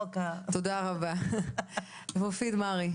חבר הכנסת מופיד מרעי,